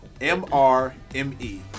M-R-M-E